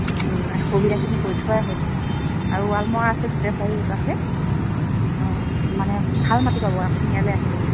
সুবিধাখিনি কৰি থোৱাই হৈছে আৰু ৱাল মৰা আছে গোটেই চাৰিওকাষে মানে ভাল মাটি পাব আপুনি ইয়ালৈ আহিব